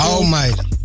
Almighty